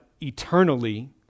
eternally